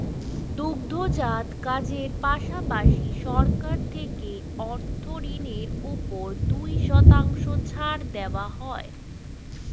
দুগ্ধজাত কাজের পাশাপাশি, সরকার থেকে অর্থ ঋণের উপর দুই শতাংশ ছাড় দেওয়া হয়